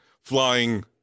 flying